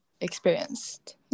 experienced